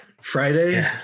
Friday